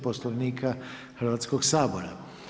Poslovnika Hrvatskog sabora.